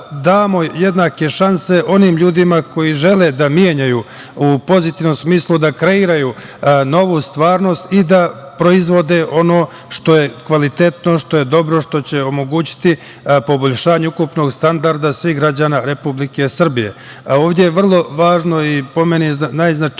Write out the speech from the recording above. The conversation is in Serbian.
da damo jednake šanse onim ljudima koji žele da menjaju, u pozitivnom smislu da kreiraju novu stvarnost i da proizvode ono što je kvalitetno, što je dobro, što će omogućiti poboljšanje ukupnog standarda svih građana Republike Srbije. Ovde je vrlo važno, po meni, i najznačajniji